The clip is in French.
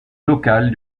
local